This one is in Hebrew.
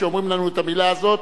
כשאומרים לנו את המלה הזאת,